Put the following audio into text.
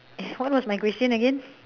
what was my question again